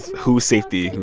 whose safety?